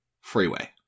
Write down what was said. freeway